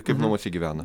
kaip namuose gyvena